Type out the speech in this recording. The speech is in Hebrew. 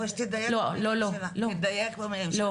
אבל שהיא תדייק במילים שלה,